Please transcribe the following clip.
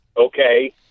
okay